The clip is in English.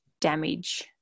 damage